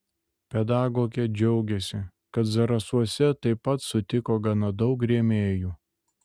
pedagogė džiaugėsi kad zarasuose taip pat sutiko gana daug rėmėjų